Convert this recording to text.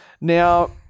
Now